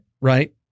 right